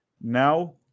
now